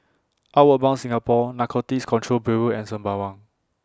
Outward Bound Singapore Narcotics Control Bureau and Sembawang